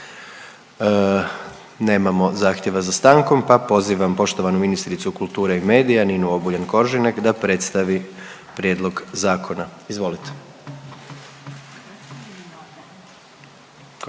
Nemamo zahtjeva za stankom pa pozivam poštovanu ministricu kulture i medija Ninu Obuljen Koržinek da predstavi prijedlog zakona. Izvolite.